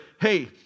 hey